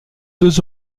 deux